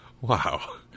wow